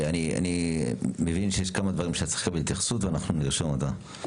אני מבין שיש כמה דברים שהיו צריכים לקבל התייחסות ואנחנו נרשום אותם.